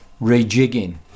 rejigging